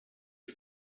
lot